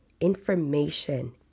information